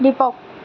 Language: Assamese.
দিপক